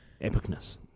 epicness